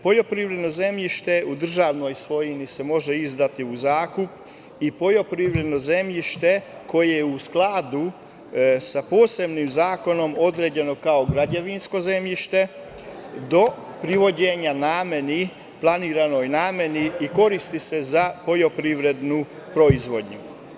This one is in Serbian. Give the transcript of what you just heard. Poljoprivredno zemljište u državnoj svojini se može izdati u zakup i poljoprivredno zemljište koje je u skladu sa posebnim zakonom određeno kao građevinsko zemljište do privođenja nameni, planiranoj nameni i koristi se za poljoprivrednu proizvodnju.